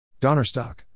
Donnerstock